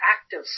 active